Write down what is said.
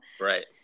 Right